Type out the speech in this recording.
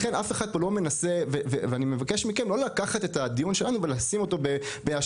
לכן אני מבקש מכם לא לקחת את הדיון שלנו ולשים אותו בהשוואה